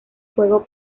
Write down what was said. juego